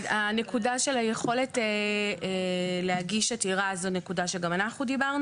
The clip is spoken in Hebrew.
הנקודה של היכולת להגיש עתירה זו נקודה שגם אנחנו דיברנו עליה.